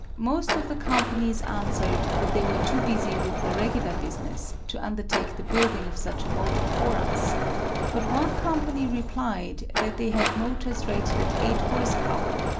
most of the companies answered that they were too busy with their regular business to undertake the building of such a motor for us but one company replied that they had motors rated at eight horse-power,